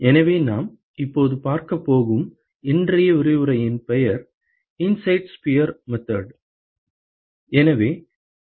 எனவே நாம் இப்போது பார்க்கப் போகும் இன்றைய விரிவுரையின் பெயர் 'inside sphere method' 'inside sphere method'